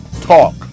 talk